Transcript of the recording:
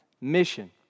mission